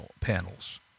panels